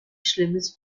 schlimmes